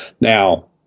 Now